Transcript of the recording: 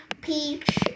peach